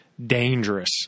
Dangerous